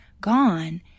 gone